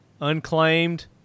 unclaimed